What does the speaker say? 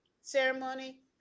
ceremony